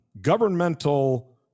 governmental